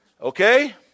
Okay